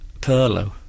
Perlo